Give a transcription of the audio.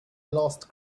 lost